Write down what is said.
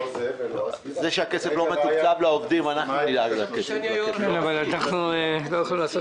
אתם רוצים פשוט לקחת את הקרקעות העשירות שיש במקום הזה.